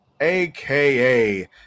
aka